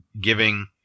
giving